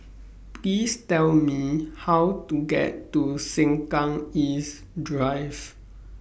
Please Tell Me How to get to Sengkang East Drive